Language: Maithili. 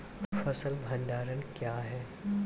फसल भंडारण क्या हैं?